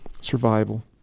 Survival